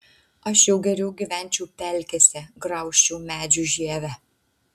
aš jau geriau gyvenčiau pelkėse graužčiau medžių žievę